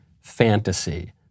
fantasy